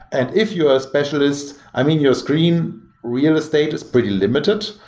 and if you're a specialist, i mean, your screen real estate is pretty limited.